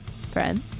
friend